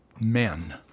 men